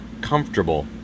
comfortable